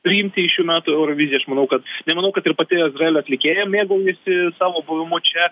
priimti į šių metų euroviziją aš manau kad nemanau kad ir pati izraelio atlikėja mėgaujasi savo buvimu čia